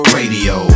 radio